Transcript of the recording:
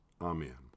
Amen